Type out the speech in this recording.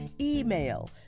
email